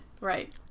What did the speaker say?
Right